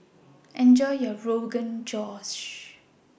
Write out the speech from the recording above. Enjoy your Rogan Josh